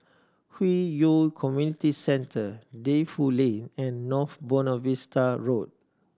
Hwi Yoh Community Centre Defu Lane and North Buona Vista Road